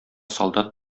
солдат